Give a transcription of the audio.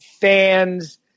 fans